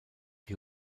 die